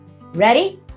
Ready